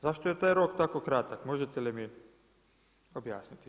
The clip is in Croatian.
Zašto je taj rok tako kratak, možete li mi objasniti?